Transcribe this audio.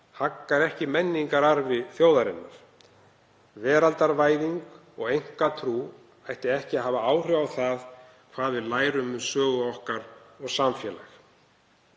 haggar ekki menningararfi þjóðarinnar. Veraldarvæðing og einkatrú ætti ekki að hafa áhrif á það hvað við lærum um sögu okkar og samfélag.